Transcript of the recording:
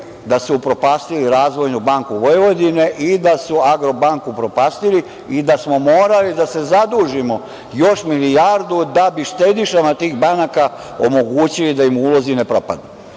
da su upropastili Razvojnu banku Vojvodine i da su Agrobanku upropastili i da smo morali da se zadužimo još milijardu da bi štedišama tih banaka omogućili da im ulozi ne propadnu.